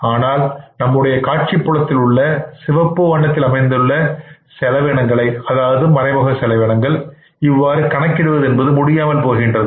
ஆனால் நம்முடைய காட்சி புலத்தில் உள்ள சிவப்பு வண்ணத்தில் அமைந்துள்ள செலவினங்களை மறைமுக செலவினங்கள் இவ்வாறு கணக்கிடுவது என்பது முடியாமல் போகின்றது